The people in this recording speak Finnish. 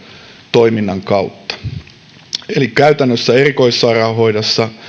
toiminnan kautta käytännössä erikoissairaanhoidossa